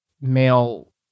male